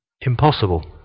impossible